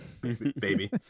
baby